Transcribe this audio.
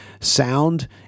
sound